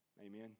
Amen